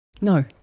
No